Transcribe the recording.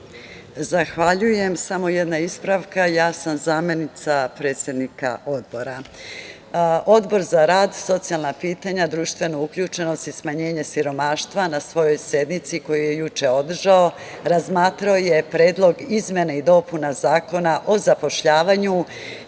Vukojičić** Samo jedna ispravka, ja sam zamenica predsednika Odbora. Odbor za rad, socijalna pitanja, društvena uključenost i smanjenje siromaštva, na svojoj sednici koju je juče održao, razmatrao je predlog izmene i dopune Zakona o zapošljavanju